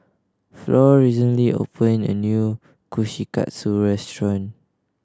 Floy recently open a new Kushikatsu restaurant